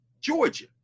Georgia